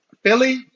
Philly